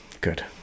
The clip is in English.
Good